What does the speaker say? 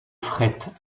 fret